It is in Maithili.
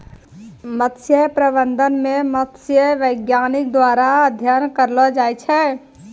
मत्स्य प्रबंधन मे मत्स्य बैज्ञानिक द्वारा अध्ययन करलो जाय छै